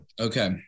Okay